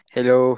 Hello